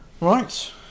right